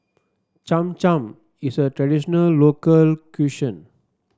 Cham Cham is a traditional local cuisine